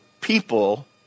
people